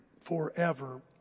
forever